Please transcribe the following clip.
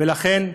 ולכן,